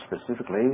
specifically